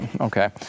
okay